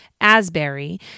Asbury